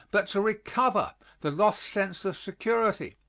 but to recover, the lost sense of security.